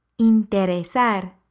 Interesar